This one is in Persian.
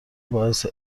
باعث